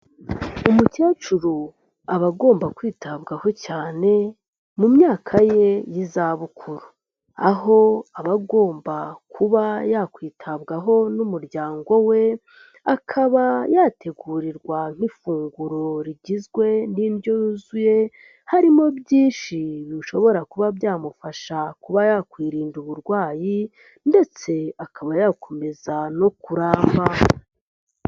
Umukecuru aba agomba kwitabwaho cyane mu myaka ye y'izabukuru, aho aba agomba kuba yakwitabwaho n'umuryango we, akaba yategurirwa nk'ifunguro rigizwe n'indyo yuzuye, harimo byinshi bishobora kuba byamufasha kuba yakwirinda uburwayi, ndetse akaba yakomeza no kuramba.